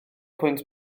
pwynt